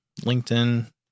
LinkedIn